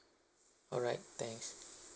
alright thanks